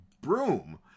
broom